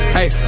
Hey